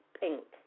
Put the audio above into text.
pink